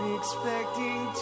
expecting